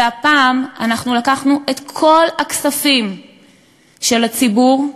והפעם אנחנו לקחנו את כל הכספים של הציבור,